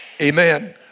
Amen